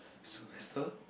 semester